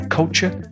culture